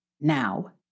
now